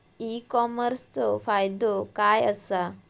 E कॉमर्सचो फायदो काय असा?